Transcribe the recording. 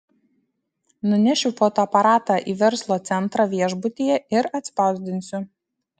nunešiu fotoaparatą į verslo centrą viešbutyje ir atspausdinsiu